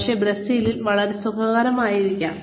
പക്ഷേ ബ്രസീലിൽ വളരെ സുഖകരമായിരിക്കാം